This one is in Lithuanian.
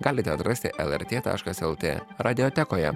galite atrasti lrt taškas lt radiotekoje